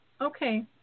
Okay